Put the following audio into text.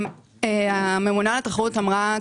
הממונה על התחרות אמרה,